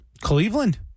Cleveland